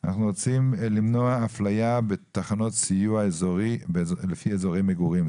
אנחנו רוצים למנוע אפליה בתחנות סיוע אזורי לפי אזורי מגורים.